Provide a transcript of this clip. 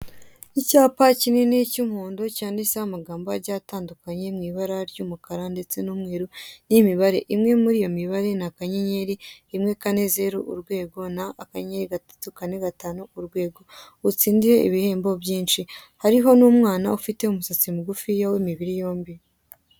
Icyapa kinini cy'umuhondo cyanditseho amagambo agiye atandukanye mu ibara ry'umukara ndetse n'umweru n'imibare. Imwe muri iyo mubare ni akanyenyeri rimwe kane zeru urwego n' akanyenyeri gatatu kane gatanu urwego utsindire ibihembo byinshi, hariho n'umwana ufite umusatsi mugufiya w'imibiri yombi.